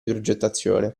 progettazione